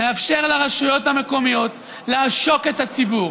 מאפשר לרשויות המקומיות לעשוק את הציבור.